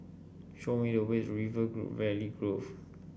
show me the way to River Valley Grove